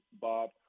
Bob